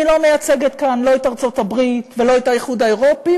אני לא מייצגת כאן לא את ארצות-הברית ולא את האיחוד האירופי,